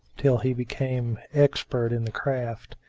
till he became expert in the craft.